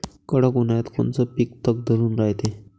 कडक उन्हाळ्यात कोनचं पिकं तग धरून रायते?